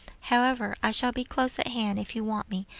however, i shall be close at hand if you want me,